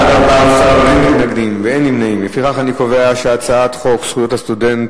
ההצעה להעביר את הצעת חוק זכויות הסטודנט